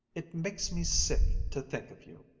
it makes me sick to think of you!